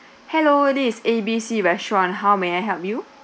hello this is A B C restaurant how may I help you